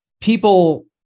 people